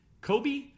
Kobe